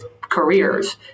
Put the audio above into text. careers